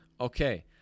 Okay